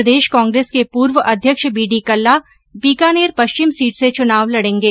प्रदेश कांग्रेस के पूर्व अध्यक्ष बीडी कल्ला बीकानेर पश्चिम सीट से च्नाव लड़े गे